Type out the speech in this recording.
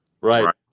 Right